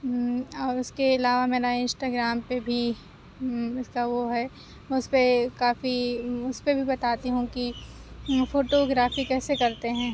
اور اُس کے علاوہ میں نا انسٹاگرام پہ بھی اُس کا وہ ہے اُس پہ کافی اُس پہ بھی بتاتی ہوں کہ فوٹو گرافی کیسے کرتے ہیں